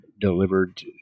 delivered